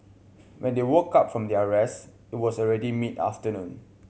when they woke up from their rest it was already mid afternoon